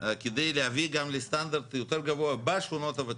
כדי להביא גם לסטנדרט יותר גבוה בשכונות הוותיקות.